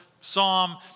psalm